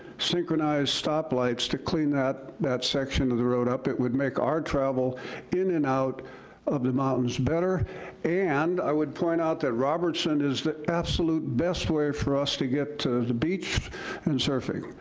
synchronized stoplights to clean that that section of the road up. it would make our travel in and out of the mountains better and i would point out that robertson is the absolute best way for us to get to the beach and surfing.